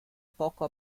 poco